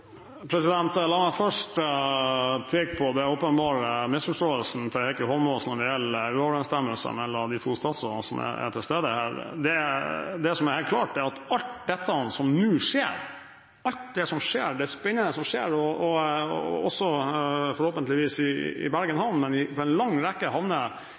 La meg først peke på den åpenbare misforståelsen til Heikki Eidsvoll Holmås når det gjelder uoverensstemmelse mellom de to statsrådene som er til stede. Det som er helt klart, er at alt det spennende som skjer nå, og forhåpentligvis også i Bergen Havn og i en lang rekke havner i Norge, er